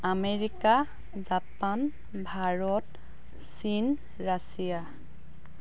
America Japan Bharat চীন Russia